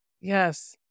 Yes